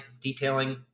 detailing